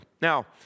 Now